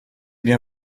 bien